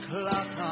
clock